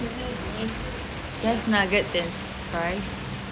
just nuggets and fries